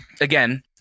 again